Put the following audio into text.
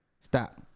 Stop